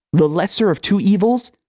the lesser of two evils,